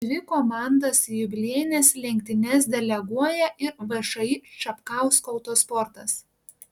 dvi komandas į jubiliejines lenktynes deleguoja ir všį čapkausko autosportas